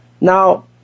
Now